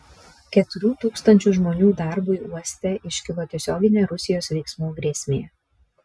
keturių tūkstančių žmonių darbui uoste iškilo tiesioginė rusijos veiksmų grėsmė